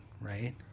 Right